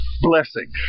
Blessing